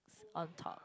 on top